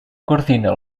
coordina